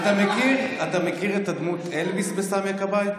מכיר את הדמות אלביס בסמי הכבאי?